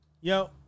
Yo